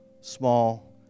small